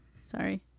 Sorry